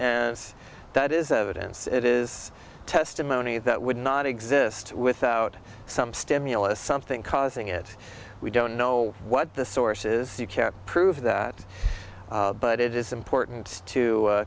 and that is a dense it is testimony that would not exist without some stimulus something causing it we don't know what the source is you can't prove that but it is important to